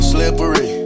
Slippery